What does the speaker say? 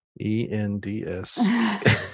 E-N-D-S